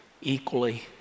equally